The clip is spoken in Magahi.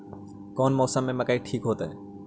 कौन मौसम में मकई ठिक होतइ?